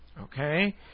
okay